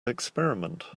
experiment